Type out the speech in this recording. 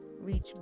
reach